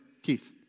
Keith